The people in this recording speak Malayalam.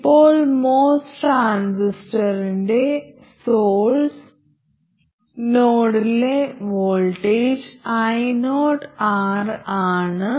ഇപ്പോൾ MOS ട്രാൻസിസ്റ്ററിന്റെ സോഴ്സ് നോഡിലെ വോൾട്ടേജ് ioR ആണ്